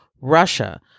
Russia